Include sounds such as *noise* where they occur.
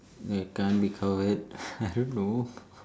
like can't be covered *laughs* I don't know